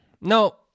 No